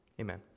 Amen